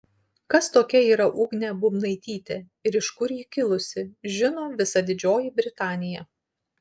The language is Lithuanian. kas tokia yra ugnė bubnaitytė ir iš kur ji kilusi žino visa didžioji britanija